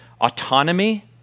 Autonomy